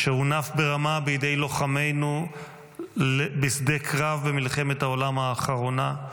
אשר הונף ברמה בידי לוחמינו לחרות בשדה קרב במלחמת העולם האחרונה,